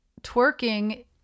twerking